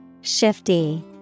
Shifty